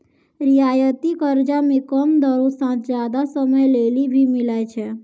रियायती कर्जा मे कम दरो साथ जादा समय लेली भी मिलै छै